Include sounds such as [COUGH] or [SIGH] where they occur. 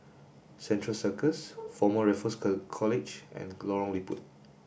Central Circus Former Raffles [UNINTELLIGIBLE] College and Lorong Liput